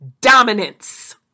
dominance